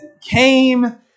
came